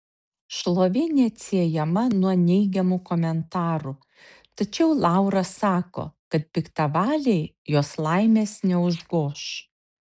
šlovė neatsiejama nuo neigiamų komentarų tačiau laura sako kad piktavaliai jos laimės neužgoš